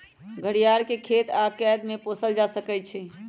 घरियार के खेत आऽ कैद में पोसल जा सकइ छइ